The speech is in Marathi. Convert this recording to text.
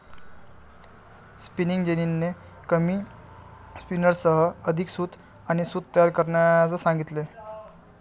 स्पिनिंग जेनीने कमी स्पिनर्ससह अधिक सूत आणि सूत तयार करण्यास सांगितले